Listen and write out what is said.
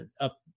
up